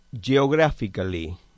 Geographically